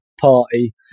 party